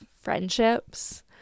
friendships